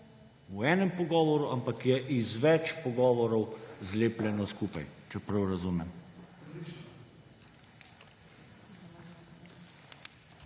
v enem pogovoru, ampak je iz več pogovorov zlepljeno skupaj? Če prav razumem?